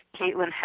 Caitlin